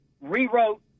rewrote